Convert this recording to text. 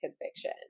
conviction